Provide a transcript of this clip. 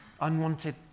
unwanted